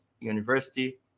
university